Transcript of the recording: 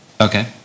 Okay